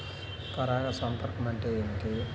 పరాగ సంపర్కం అంటే ఏమిటి?